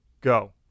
Go